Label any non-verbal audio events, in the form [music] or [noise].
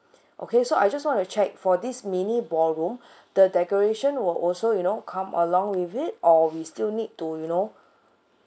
okay so I just want to check for this mini ballroom [breath] the decoration will also you know come along with it or we still need to you know make